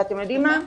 ואתם יודעים מה?